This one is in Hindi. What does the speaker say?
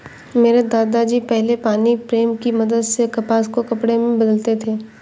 मेरे दादा जी पहले पानी प्रेम की मदद से कपास को कपड़े में बदलते थे